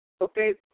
okay